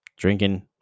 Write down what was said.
Drinking